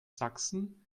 sachsen